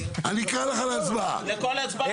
לכל הצבעה?